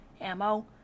ammo